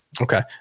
Okay